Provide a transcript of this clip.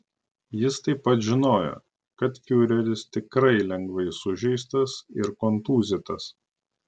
jis taip pat žinojo kad fiureris tiktai lengvai sužeistas ir kontūzytas